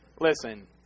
Listen